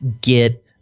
get